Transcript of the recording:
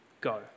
go